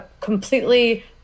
completely